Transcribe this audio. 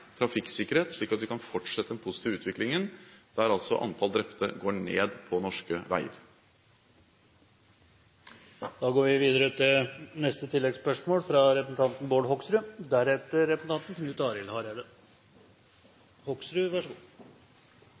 trafikksikkerhet, slik at vi kan fortsette den positive utviklingen, der antall drepte på norske veier går ned. Bård Hoksrud – til